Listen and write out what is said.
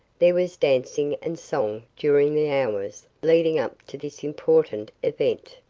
there was dancing and song during the hours leading up to this important event.